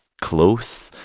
close